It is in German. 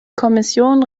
kommission